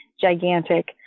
gigantic